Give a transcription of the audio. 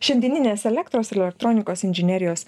šiandieninės elektros elektronikos inžinerijos